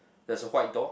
there's a white door